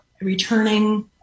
returning